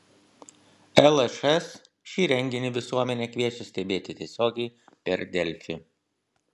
lšs šį renginį visuomenę kviečia stebėti tiesiogiai per delfi